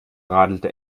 radelte